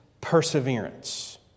perseverance